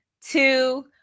Two